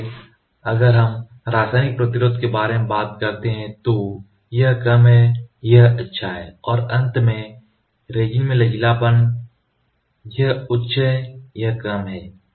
इसलिए अगर हम रासायनिक प्रतिरोध के बारे में बात करते हैं तो यह कम है यह अच्छा है और अंत में रेजिन में लचीलापन यह उच्च है यह कम है